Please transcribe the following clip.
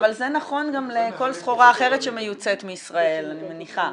אבל זה נכון גם לכל סחורה אחרת שמיוצאת מישראל אני מניחה.